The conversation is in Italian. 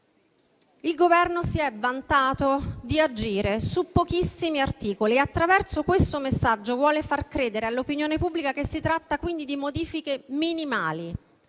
Il Governo si è vantato di agire su pochissimi articoli e, attraverso questo messaggio, vuole far credere all'opinione pubblica che si tratta quindi di modifiche minimali.